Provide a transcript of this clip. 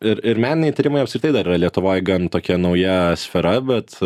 ir ir meniniai tyrimai apskritai dar yra lietuvoj gan tokia nauja sfera bet